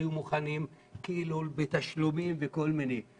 היו מוכנות כאילו לעשות תשלומים וכל מיני דברים אחרים,